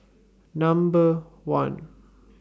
Number one